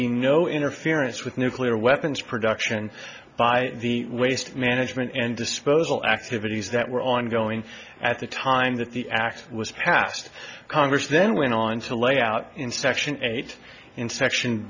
be no interference with nuclear weapons production by the waste management and disposal activities that were ongoing at the time that the act was passed congress then went on to lay out in section eight inspection